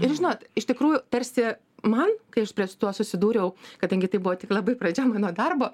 ir žinot iš tikrųjų tarsi man kai aš tuo susidūriau kadangi tai buvo tik labai pradžia mano darbo